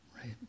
right